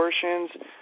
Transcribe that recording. portions